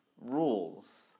rules